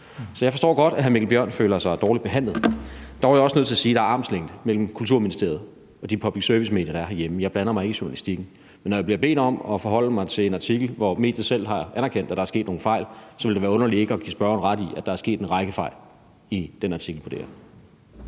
Så jeg forstår godt, at hr. Mikkel Bjørn føler sig dårligt behandlet. Dog er jeg også nødt til at sige, at der er armslængde mellem Kulturministeriet og de public service-medier, der er herhjemme. Jeg blander mig ikke i journalistikken, men når jeg bliver bedt om at forholde mig til en artikel, hvor mediet selv har anerkendt, at der er sket nogle fejl, ville det være underligt ikke at give spørgeren ret i, at der er sket en række fejl i den artikel i